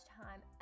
time